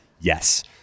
yes